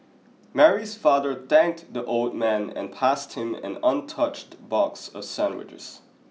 Mary's father thanked the old man and passed him an untouched box of sandwiches